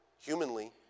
humanly